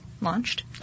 launched